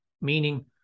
meaning